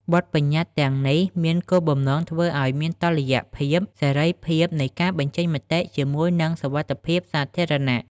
បទប្បញ្ញត្តិទាំងនេះមានគោលបំណងធ្វើឱ្យមានតុល្យភាពសេរីភាពនៃការបញ្ចេញមតិជាមួយនឹងសុវត្ថិភាពសាធារណៈ។